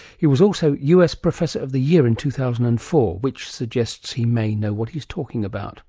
he was also us professor of the year in two thousand and four, which suggests he may know what he's talking about